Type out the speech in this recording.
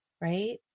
right